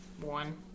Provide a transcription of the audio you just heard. one